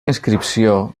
inscripció